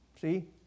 See